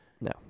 No